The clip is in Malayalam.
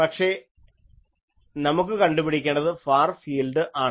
പക്ഷേ നമുക്ക് കണ്ടുപിടിക്കേണ്ടത് ഫാർ ഫീൽഡ് ആണ്